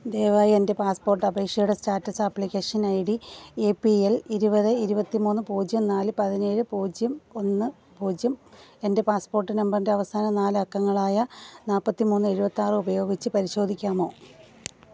ദയവായി എൻ്റെ പാസ്പോർട്ട് അപേക്ഷയുടെ status application I D A P L ഇരുപത് ഇരുപത്തി മൂന്ന് പൂജ്യം നാല് പതിനേഴ് പൂജ്യം ഒന്ന് പൂജ്യം എൻ്റെ പാസ്പോർട്ട് നമ്പറിൻ്റെ അവസാന നാല് അക്കങ്ങളായ നാൽപ്പത്തി മൂന്ന് എഴുപത്താറ് ഉപയോഗിച്ച് പരിശോധിക്കാമോ